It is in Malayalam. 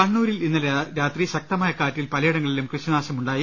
കണ്ണൂരിൽ ഇന്നലെ രാത്രി ശക്തമായ കാറ്റിൽ പലയിടങ്ങളിലും കൃഷി നാശം ഉണ്ടായി